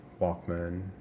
Walkman